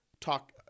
talk